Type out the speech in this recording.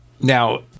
Now